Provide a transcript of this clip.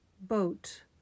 boat